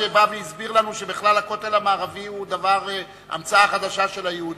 שבא והסביר לנו שבכלל הכותל המערבי הוא המצאה חדשה של היהודים.